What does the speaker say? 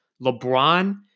LeBron